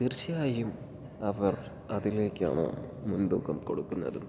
തീർച്ചയായും അവർ അതിലേക്കാണ് മുൻതൂക്കം കൊടുക്കുന്നതും